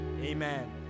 Amen